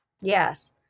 Yes